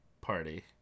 party